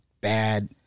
bad